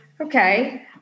okay